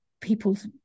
people's